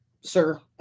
sir